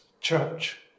church